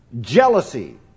Jealousy